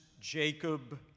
Jacob